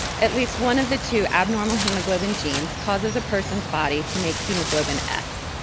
at least one of the two abnormal hemoglobin genes causes a person's body to make hemoglobin s.